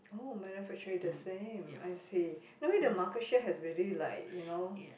oh manufacturing the same I see anyway the market share has really like you know